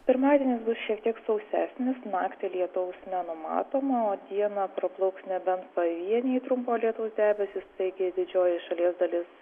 pirmadienis bus šiek tiek sausesnis naktį lietaus nenumatoma o dieną praplauks nebent pavieniai trumpo lietaus debesys taigi didžioji šalies dalis